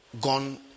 gone